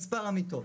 מספר המיטות.